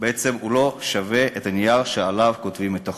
ובעצם הוא לא שווה את הנייר שעליו כותבים את החוק,